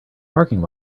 parking